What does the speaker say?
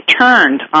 turned